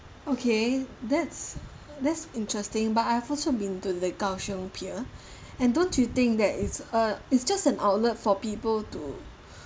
okay that's that's interesting but I've also been to the kaohsiung pier and don't you think that it's uh it's just an outlet for people to